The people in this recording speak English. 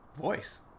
voice